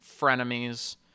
frenemies